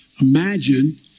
Imagine